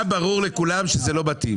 היה ברור לכולם שזה לא מתאים,